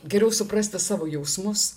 geriau suprasti savo jausmus